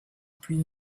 plus